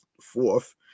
fourth